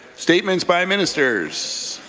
statements by um ministers